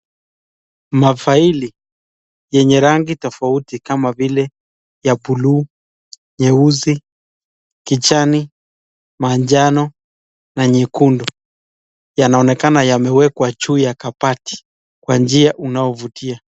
Mafaili yenye rangi tofauti kama vile ya bluu, nyeusi, kijani ,manjano na nyekundu yanaonekana yamewekwa juu ya kabati kwa njia inayovutia.